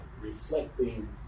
reflecting